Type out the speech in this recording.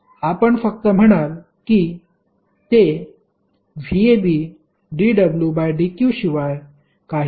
आपण फक्त म्हणाल कि ते vab dwdq शिवाय काहीही नाही